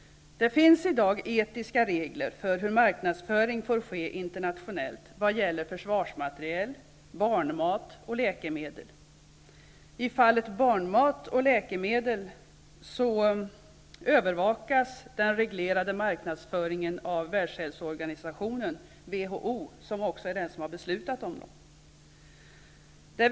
Det finns i dag etiska regler för hur marknadsföring får ske internationellt när det gäller försvarsmateriel, barnmat och läkemedel. I fallen barnmat och läkemedel övervakas den reglerade marknadsföringen av världshälsoorganisationen, WHO, som också har beslutat om den.